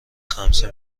خمسه